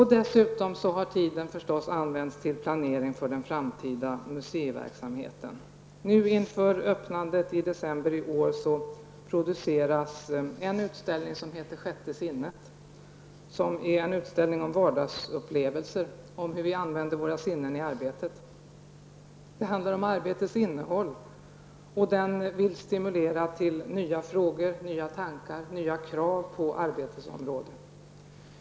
Dessutom har tiden förstås använts till planering för den framtida museiverksamheten. Inför öppnandet i december i år produceras en utställning som heter Sjätte sinnet, som är en utställning om vardagsupplevelser, om hur vi använder våra sinnen i arbetet. Den handlar om arbetets innehåll och vill stimulera till nya frågor, nya tankar, nya krav på arbetets område.